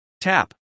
Tap